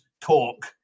talk